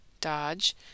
Dodge